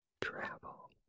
travel